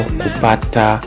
kupata